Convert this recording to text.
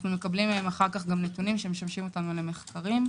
אנחנו מקבלים מהם נתונים שמשמשים אותנו במחקרים.